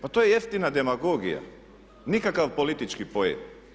Pa to je jeftina demagogija, nikakav politički poen.